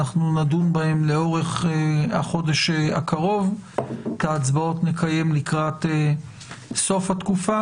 נדון בהם לאורך החודש הקרוב ואת ההצבעות נקיים לקראת סוף התקופה.